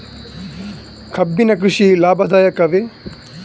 ಕಬ್ಬಿನ ಕೃಷಿ ಲಾಭದಾಯಕವೇ?